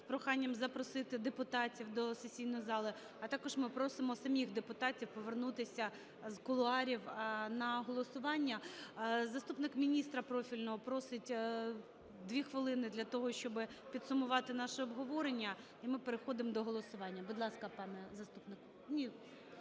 з проханням запросити депутатів до сесійної зали. А також ми просимо самих депутатів повернутися з кулуарів на голосування. Заступник міністра профільного просить 2 хвилини для того, щоб підсумувати наше обговорення, і ми переходимо до голосування. Будь ласка, пане заступнику.